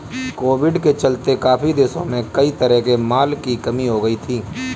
Covid के चलते काफी देशों में कई तरह के माल की कमी हो गई थी